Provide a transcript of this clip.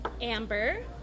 Amber